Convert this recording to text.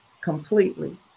completely